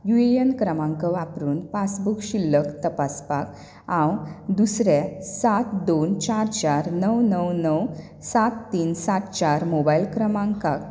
you A N क्रमांक वापरून passbook शिल्लक तपासपाक हांव दुसरे सात दोन चार चार णव णव णव सात तीन सात चार मोबायल क्रमांकाक